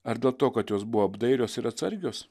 ar dėl to kad jos buvo apdairios ir atsargios